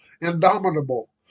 indomitable